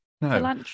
No